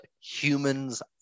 humans